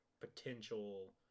potential